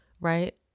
right